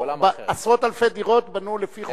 עשרות אלפי דירות בנו לפי חוק מיוחד.